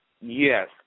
Yes